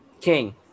King